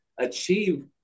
achieve